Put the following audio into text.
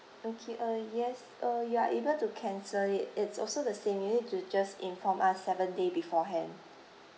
okay uh yes uh you are able to cancel it it's also the same you need to just inform us seven day beforehand